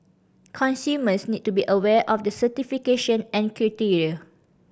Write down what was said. consumers need to be aware of the certification and criteria